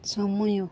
ସମୟ